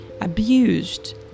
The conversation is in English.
abused